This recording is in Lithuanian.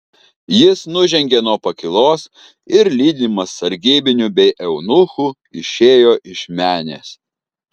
jis nužengė nuo pakylos ir lydimas sargybinių bei eunuchų išėjo iš menės